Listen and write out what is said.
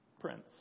prince